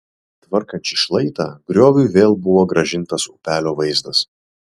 tvarkant šį šlaitą grioviui vėl buvo grąžintas upelio vaizdas